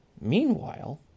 Meanwhile